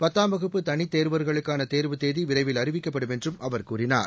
பத்தாம் வகுப்பு தனி தோ்வா்களுக்கான தோ்வு தேதி விரைவில் அறிவிக்கப்படும் என்றும் அவா் கூறினார்